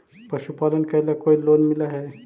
पशुपालन करेला कोई लोन मिल हइ?